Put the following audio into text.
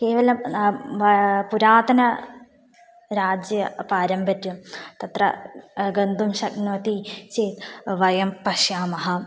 केवलं पुरातनं राज्यं पारम्पर्यं तत्र गन्तुं शक्नोति चेत् वयं पश्यामः